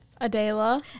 Adela